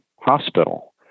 hospital